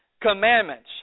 Commandments